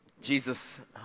Jesus